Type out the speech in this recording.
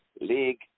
League